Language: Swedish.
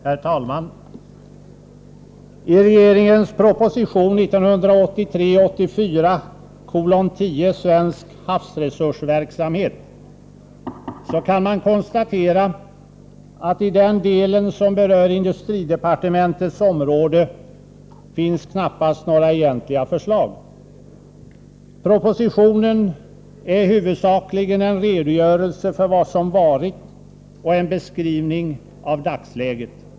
Herr talman! Beträffande regeringens proposition 1983/84:10 Svensk havsresursverksamhet kan man konstatera att det i den del som berör industridepartementets område knappast finns några egentliga förslag. Propositionen är huvudsakligen en redogörelse för vad som har varit och en beskrivning av dagsläget.